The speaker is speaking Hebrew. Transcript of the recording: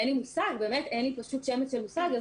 אין לי פשוט שמץ של מושג,